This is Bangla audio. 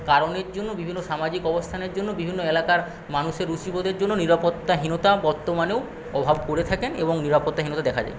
কারণের জন্য বিভিন্ন সামাজিক অবস্থানের জন্য বিভিন্ন এলাকার মানুষের রুচিবোধের জন্য নিরাপত্তাহীনতা বর্তমানেও অভাব পরে থাকেন এবং নিরাপত্তাহীনতা দেখা যায়